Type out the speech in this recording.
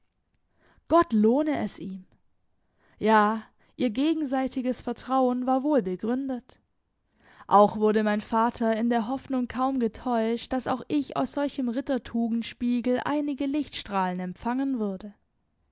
gott lohne es ihm ja ihr gegenseitiges vertrauen war wohl begründet auch wurde mein vater in der hoffnung kaum getäuscht daß auch ich aus solchem rittertugendspiegel einige lichtstrahlen empfahen würde